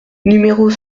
numéros